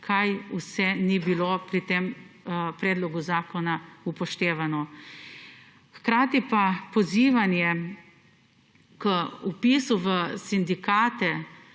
kaj vse ni bilo pri tem predlogu zakona upoštevano. Hkrati pa pozivanje k vpisu v sindikate,